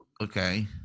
okay